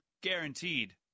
Guaranteed